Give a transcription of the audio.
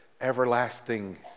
everlasting